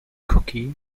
cookie